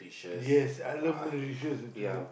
yes I love Malaysia actually